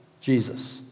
Jesus